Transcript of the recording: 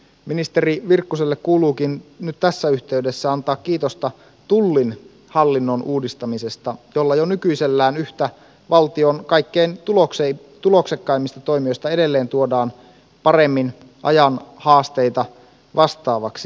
ministeri virkkuselle kuuluukin nyt tässä yhteydessä antaa kiitosta tullin hallinnon uudistamisesta jolla jo nykyisellään yhtä valtion kaikkein tuloksekkaimmista toimijoista edelleen tuodaan paremmin ajan haasteita vastaavaksi